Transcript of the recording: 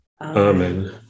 Amen